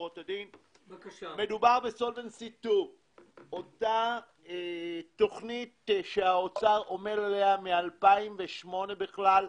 מדובר באותה תכנית שהאוצר עומל עליה מ-2008 בכלל.